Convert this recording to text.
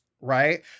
right